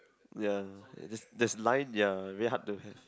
ya there's there's line ya very hard have